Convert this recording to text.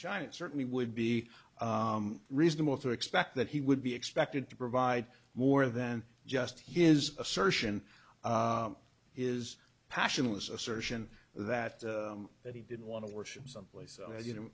china it certainly would be reasonable to expect that he would be expected to provide more than just his assertion is passionless assertion that that he didn't want to worship someplace as you know